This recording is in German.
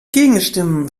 gegenstimmen